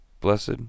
Blessed